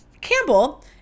Campbell